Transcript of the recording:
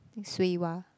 Tsui-Wah